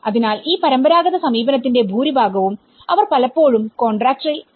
അതിനാൽ ഈ പരമ്പരാഗത സമീപനത്തിന്റെ ഭൂരിഭാഗവും അവർ പലപ്പോഴും ഒരു കോൺട്രാക്റ്ററിൽ അവസാനിക്കുന്നു